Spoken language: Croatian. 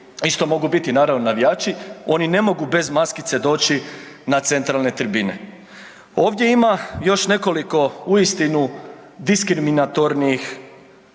isto mogu biti naravno navijači, oni ne mogu bez maskice doći na centralne tribine. Ovdje ima još nekoliko uistinu diskriminatornih